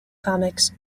comics